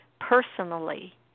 personally